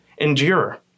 Endure